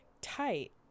tight